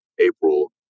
April